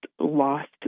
lost